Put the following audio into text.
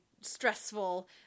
stressful